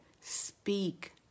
Speak